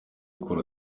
akura